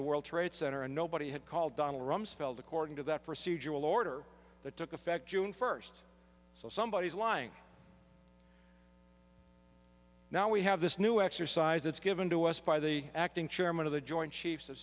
the world trade center and nobody had called donald rumsfeld according to that procedural order that took effect june first so somebody is lying now we have this new exercise it's given to us by the acting chairman of the joint chiefs of